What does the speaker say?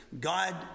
God